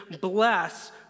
bless